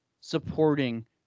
supporting